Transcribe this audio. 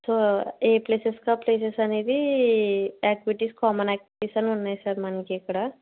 so ఏ ప్లేసెస్కి ఆ ప్లేసెస్ అనేవి యాక్టివిటీస్ కామన్ యాక్టివిటీస్ అని ఉన్నయి సార్ మనకి ఇక్కడ